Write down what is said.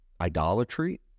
idolatry